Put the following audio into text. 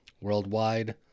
Worldwide